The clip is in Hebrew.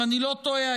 אם אני לא טועה,